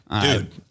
dude